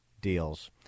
deals